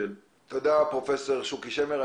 תודה, פרופ' שוקי שמר.